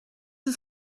was